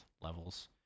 levels